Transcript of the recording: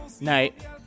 Night